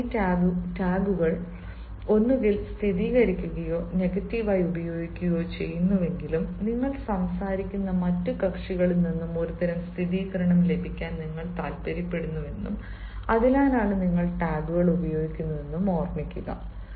കാരണം ഈ ടാഗുകൾ ഒന്നുകിൽ സ്ഥിരീകരിക്കുകയോ നെഗറ്റീവായി ഉപയോഗിക്കുകയോ ചെയ്യുന്നുവെങ്കിലും നിങ്ങൾ സംസാരിക്കുന്ന മറ്റ് കക്ഷികളിൽ നിന്നും ഒരുതരം സ്ഥിരീകരണം ലഭിക്കാൻ നിങ്ങൾ താൽപ്പര്യപ്പെടുന്നുവെന്നും അതിനാലാണ് നിങ്ങൾ ടാഗുകൾ ഉപയോഗിക്കുന്നതെന്നും ഓർമ്മിക്കുക